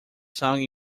sung